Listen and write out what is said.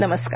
नमस्कार